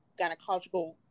gynecological